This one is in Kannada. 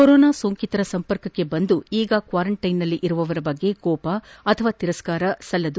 ಕೊರೊನಾ ಸೋಂಕಿತರ ಸಂಪರ್ಕಕ್ಕೆ ಬಂದು ಈಗ ಕ್ವಾರಂಟೈನ್ನಲ್ಲಿ ಇರುವವರ ಬಗ್ಗೆ ಕೋಪ ಅಥವಾ ತಿರಸ್ಕಾರ ಮಾಡಬಾರದು